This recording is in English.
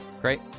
Great